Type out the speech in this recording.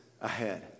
ahead